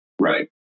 Right